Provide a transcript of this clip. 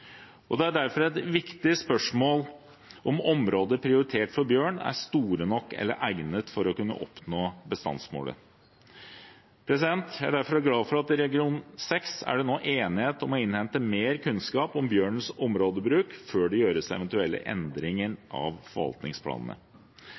Det er derfor et viktig spørsmål om områder prioritert for bjørn er store nok eller egnet for å kunne oppnå bestandsmålet. Jeg er derfor glad for at det i region 6 nå er enighet om å innhente mer kunnskap om bjørnens områdebruk før det gjøres eventuelle endringer